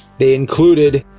they included.